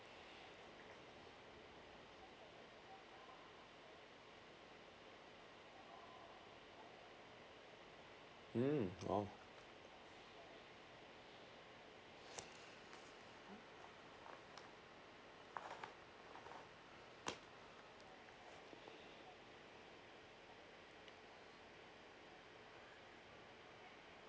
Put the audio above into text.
mm oh